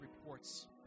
reports